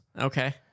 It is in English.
Okay